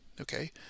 okay